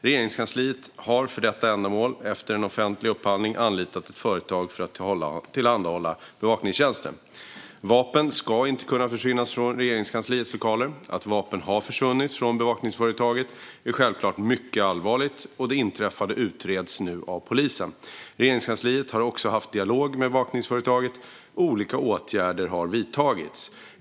Regeringskansliet har för detta ändamål efter en offentlig upphandling anlitat ett företag för att tillhandahålla bevakningstjänster. Vapen ska inte kunna försvinna från Regeringskansliets lokaler. Att vapen har försvunnit från bevakningsföretaget är självklart mycket allvarligt, och det inträffade utreds nu av polisen. Regeringskansliet har också haft dialog med bevakningsföretaget, och olika åtgärder har vidtagits.